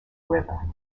river